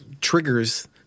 triggers